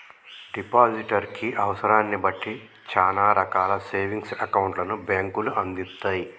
depositor కి అవసరాన్ని బట్టి చానా రకాల సేవింగ్స్ అకౌంట్లను బ్యేంకులు అందిత్తయ్